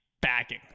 backing